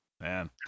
man